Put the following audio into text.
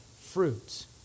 fruits